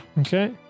Okay